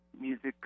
music